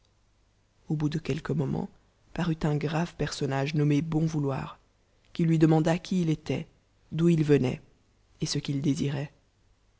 au bout de quelques moments parut un grave personnage nommé bou vonloir qui lui demanda qui il étoit d'où il vedoit et ce qu'il désiroil